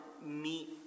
meet